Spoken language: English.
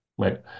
Right